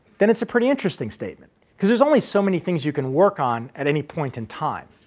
then it's a pretty interesting statement because there's only so many things you can work on at any point in time.